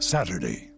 Saturday